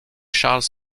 charles